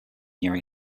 near